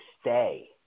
stay